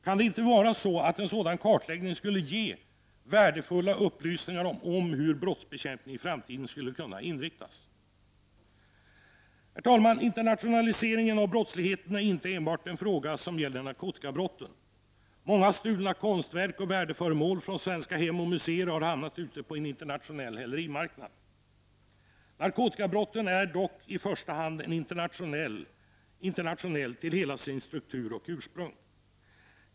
Kan inte en sådan kartläggning ge värdefulla upplysningar om hur brottsbekämpningen i framtiden skulle kunna inriktas? Herr talman! Internationaliseringen av brottsligheten är inte enbart en fråga som gäller narkotikabrotten. Många stulna konstverk och värdeföremål från svenska hem och museer har hamnat ute på en internationell hälerimarknad. Narkotikabrottsligheten är dock i första hand internationell till hela sin struktur och ursprung.